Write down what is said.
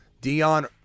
Dion